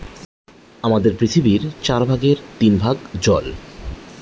আমাদের পৃথিবীর চার ভাগের তিন ভাগ জল